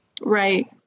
Right